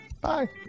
bye